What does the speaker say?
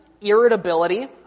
irritability